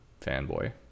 fanboy